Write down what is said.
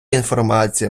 інформація